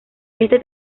este